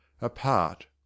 Apart